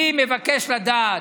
אני מבקש לדעת,